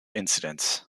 incidents